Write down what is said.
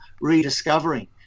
rediscovering